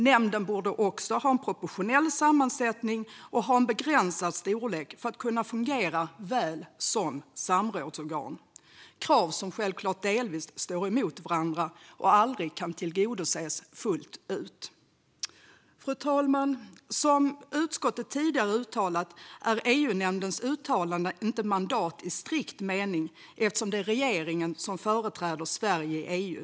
Nämnden borde också ha en proportionell sammansättning och ha en begränsad storlek för att kunna fungera väl som samrådsorgan - krav som självklart delvis står emot varandra och aldrig kan tillgodoses fullt ut. Fru talman! Som utskottet tidigare uttalat är EU-nämndens uttalanden inte mandat i strikt mening eftersom det är regeringen som företräder Sverige i EU.